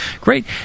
great